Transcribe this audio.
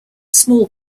small